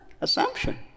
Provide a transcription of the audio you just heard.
Assumption